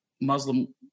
Muslim